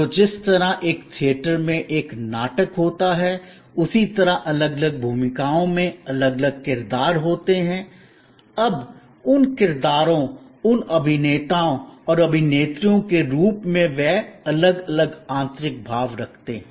तो जिस तरह एक थिएटर में एक नाटक होता है उसी तरह अलग अलग भूमिकाओं में अलग अलग किरदार होते हैं अब उन किरदारों उन अभिनेताओं और अभिनेत्रियों के रूप में वे अलग अलग आंतरिक भाव रखते हैं